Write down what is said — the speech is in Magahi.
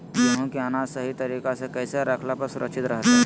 गेहूं के अनाज सही तरीका से कैसे रखला पर सुरक्षित रहतय?